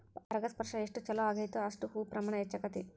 ಪರಾಗಸ್ಪರ್ಶ ಎಷ್ಟ ಚುಲೋ ಅಗೈತೋ ಅಷ್ಟ ಹೂ ಪ್ರಮಾಣ ಹೆಚ್ಚಕೈತಿ